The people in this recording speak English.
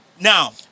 Now